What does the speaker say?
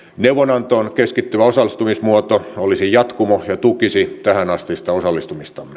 neuvonantoon keskittyvä osallistumismuoto olisi jatkumo ja tukisi tähänastista osallistumistamme